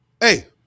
hey